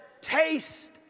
taste